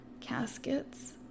caskets